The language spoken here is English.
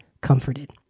comforted